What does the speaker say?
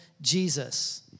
Jesus